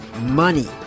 money